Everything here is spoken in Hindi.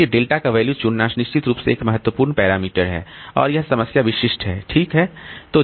इसलिए डेल्टा का वैल्यू चुनना निश्चित रूप से एक महत्वपूर्ण पैरामीटर है और यह समस्या विशिष्ट है ठीक है